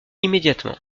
immédiatement